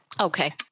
Okay